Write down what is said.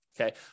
Okay